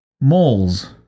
Moles